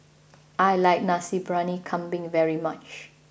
I like Nasi Briyani Kambing very much